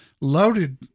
loaded